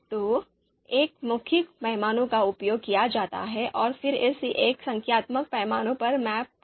तो एक मौखिक पैमाने का उपयोग किया जाता है और फिर इसे एक संख्यात्मक पैमाने पर मैप किया जाता है